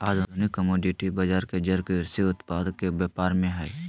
आधुनिक कमोडिटी बजार के जड़ कृषि उत्पाद के व्यापार में हइ